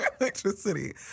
electricity